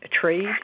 trade